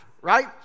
right